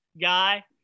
guy